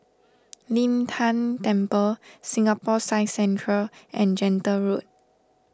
Lin Tan Temple Singapore Science Centre and Gentle Road